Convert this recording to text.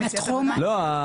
לא,